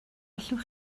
allwch